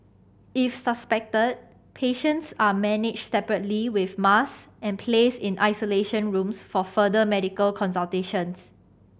if suspected patients are managed separately with mask and placed in isolation rooms for further medical consultations